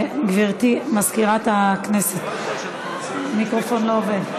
גברתי מזכירת הכנסת, המיקרופון לא עובד.